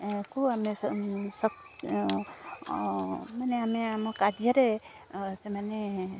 ୟାକୁ ଆମେ ମାନେ ଆମେ ଆମ କାର୍ଯ୍ୟରେ ସେମାନେ